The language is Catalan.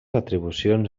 atribucions